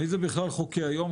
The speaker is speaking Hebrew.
האם זה בכלל חוקי היום?